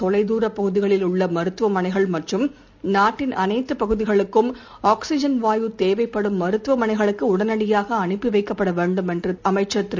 தொலை தூர பகுதிகளில் உள்ள மருத்துவமனைகள் மற்றும் நாட்டின் அனைத்துப் பகுதிகளுக்கும் ஆக்சிஜன் வாயு தேவைப்படும் மருத்துவ மனைகளுக்கு உடனடியாக அனுப்பி வைக்கப்பட வேண்டும் என்று அமைச்சர் திரு